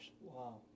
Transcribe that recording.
Wow